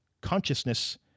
Consciousness